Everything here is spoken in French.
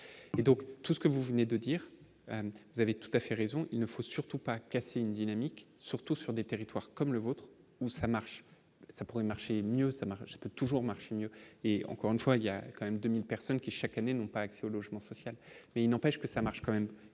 et donc tout ce que vous venez de dire : vous avez tout à fait raison, il ne faut surtout pas casser une dynamique, surtout sur des territoires comme le vôtre où ça marche, ça pourrait marcher mieux ça marche pas toujours marche mieux, et encore une fois, il y a quand même 2000 personnes qui chaque année n'ont pas accès au logement social, mais il n'empêche que ça marche quand même